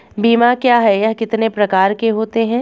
बीमा क्या है यह कितने प्रकार के होते हैं?